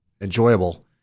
enjoyable